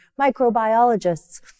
microbiologists